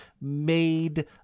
made